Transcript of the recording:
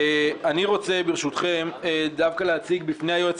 אני רוצה דווקא להציג בפני היועצת